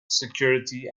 security